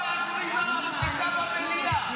אתה צריך להכריז על הפסקה במליאה.